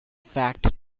fact